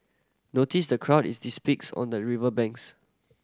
notice the crowd it on the river banks